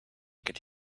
could